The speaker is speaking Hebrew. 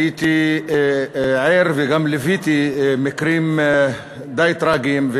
הייתי ער וגם ליוויתי מקרים די טרגיים,